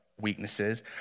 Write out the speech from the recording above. weaknesses